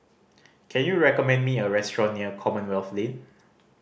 can you recommend me a restaurant near Commonwealth Lane